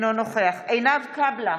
אינו נוכח עינב קאבלה,